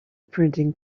printing